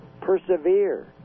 Persevere